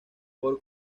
por